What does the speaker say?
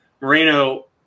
Moreno